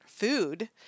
food